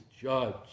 judge